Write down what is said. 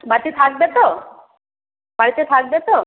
বাড়িতে থাকবে তো বাড়িতে থাকবে তো